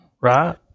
Right